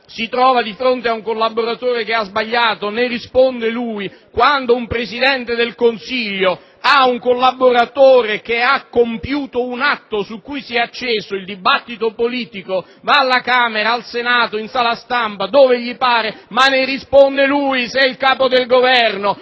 si trova di fronte a un collaboratore che ha sbagliato. Quando un Presidente del Consiglio ha un collaboratore che ha compiuto un atto su cui si è acceso il dibattito politico egli si presenta alla Camera o al Senato, in sala stampa, dove gli pare, ma ne risponde lui, se è il capo del Governo,